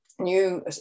new